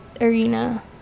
Arena